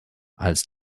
als